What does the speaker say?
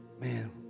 man